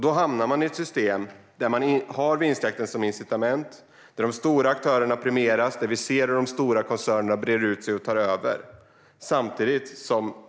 Då hamnar man i ett system med vinstjakten som incitament, där de stora aktörerna premieras, där de stora koncernerna breder ut sig och tar över.